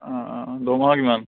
অঁ অঁ দৰমহা কিমান